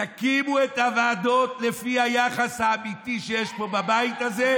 תקימו את הוועדות לפי היחס האמיתי שיש פה בבית הזה.